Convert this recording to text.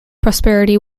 prosperity